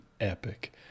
epic